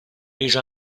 these